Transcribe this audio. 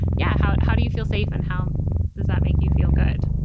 yeah. how how do you feel safe and how does that make you feel good.